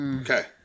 Okay